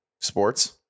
sports